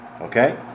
okay